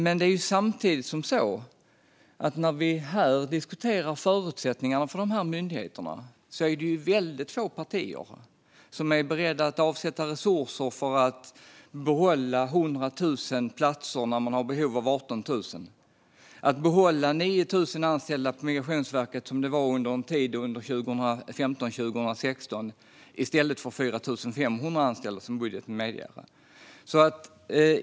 Men när vi nu diskuterar förutsättningarna för myndigheterna är det samtidigt väldigt få partier som är beredda att avsätta resurser för att behålla 100 000 platser när man har behov av 18 000 eller för att behålla 9 000 anställda på Migrationsverket, som det var under en tid 2015-2016, i stället för 4 500 anställda som budgeten medger.